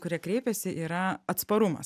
kurie kreipiasi yra atsparumas